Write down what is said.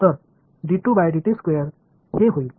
तर हे होईल